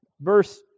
verse